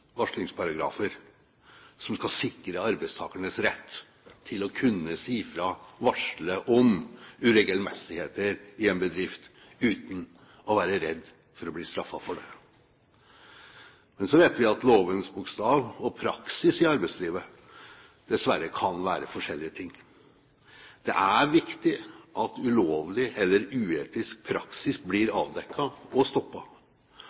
varslingsparagrafer som skal sikre arbeidstakernes rett til å kunne si fra, varsle om uregelmessigheter i en bedrift uten å være redd for å bli straffet for det. Men så vet vi at lovens bokstav og praksis i arbeidslivet dessverre kan være forskjellige ting. Det er viktig at ulovlig eller uetisk praksis blir avdekket og